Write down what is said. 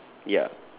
ya